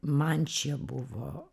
man čia buvo